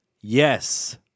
yes